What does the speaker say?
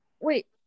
Wait